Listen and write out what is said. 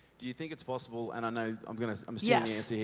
do you think it's possible, and i know i'm gonna yes,